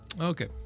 Okay